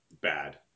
bad